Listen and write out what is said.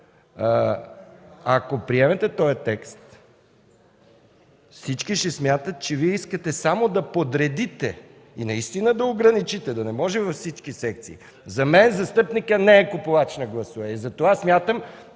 ако приемете този текст, всички ще смятат, че Вие искате само да подредите и наистина да ограничите, да не може във всички секции. За мен застъпникът не е купувач на гласове, затова смятам,